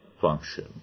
function